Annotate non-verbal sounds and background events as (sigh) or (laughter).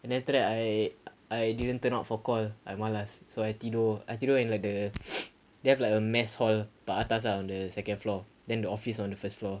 and then after that I I didn't turn out for call I malas so I tidur I tidur in like the (noise) they have like a mass hall but atas ah on the second floor then the office on the first floor